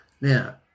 Now